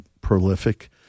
prolific